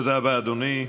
תודה רבה, אדוני.